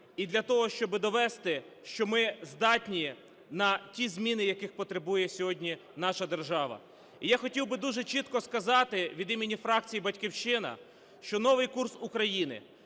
і для того, щоби довести, що ми здатні на ті зміни, яких потребує сьогодні наша держава. І я хотів би дуже чітко сказати від імені фракції "Батьківщина", що Новий курс України